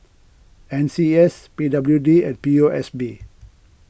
N C S P W D and P O S B